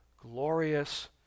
glorious